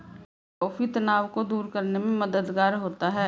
coffee तनाव को दूर करने में मददगार होता है